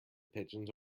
pigeons